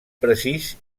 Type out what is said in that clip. precís